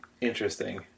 interesting